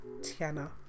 Tiana